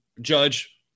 judge